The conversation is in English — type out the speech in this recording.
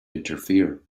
interfere